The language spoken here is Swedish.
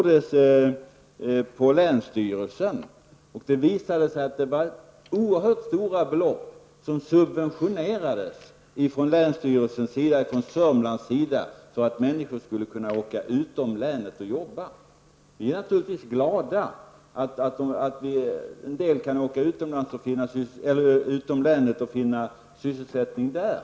Det visade sig att det var oerhört stora belopp som länsstyrelsen i Södermanland använde till att ge subventioner för att människor skulle kunna åka utom länet och arbeta. Vi är naturligtvis glada över att en del människor kan åka utom länet och finna sysselsättning där.